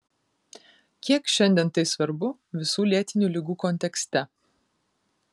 kiek šiandien tai svarbu visų lėtinių ligų kontekste